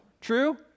True